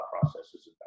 processes